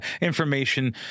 Information